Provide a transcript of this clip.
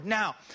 Now